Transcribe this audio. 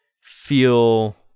feel